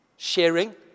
Sharing